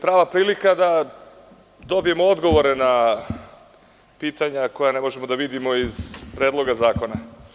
Prava je prilika da dobijemo odgovore na pitanja koja ne možemo da vidimo iz Predloga zakona.